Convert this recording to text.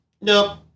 nope